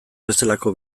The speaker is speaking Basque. bezalako